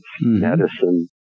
medicine